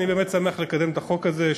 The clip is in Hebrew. אני באמת שמח לקדם את החוק הזה,